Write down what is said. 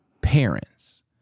parents